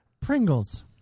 Pringles